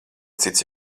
cits